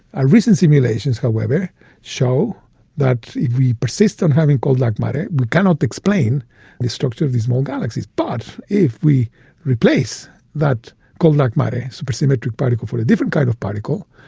our recent simulations however show that if we persist on having cold dark like matter we cannot explain the structure of these small galaxies. but if we replace that cold dark matter, supersymmetric particle, for a different kind of particle,